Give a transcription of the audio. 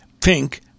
pink